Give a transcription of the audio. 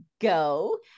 go